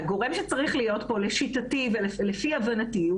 לשיטתי ולפי הבנתי,